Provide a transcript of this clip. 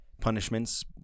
punishments